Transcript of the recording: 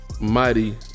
mighty